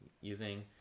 using